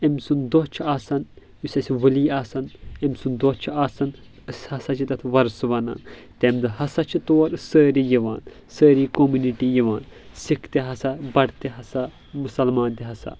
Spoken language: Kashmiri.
أمۍ سُنٛد دۄہ چھُ آسان یُس اسہِ ؤلۍ آسان أمۍ سُنٛد دۄہ چھُ آسان أسۍ ہسا چھِ تتھ وۄرُس ونان تمہِ دۄہ ہسا چھِ تور سٲری یِوان سٲری کمیونٹی یِوان سکھ تہِ ہسا بٹ تہِ ہسا مُسلمان تہِ ہسا